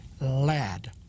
lad